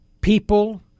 People